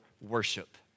worship